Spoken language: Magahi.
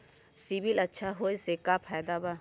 सिबिल अच्छा होऐ से का फायदा बा?